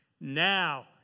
Now